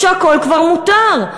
שהכול כבר מותר.